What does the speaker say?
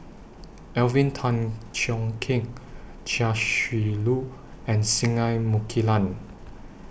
Alvin Tan Cheong Kheng Chia Shi Lu and Singai Mukilan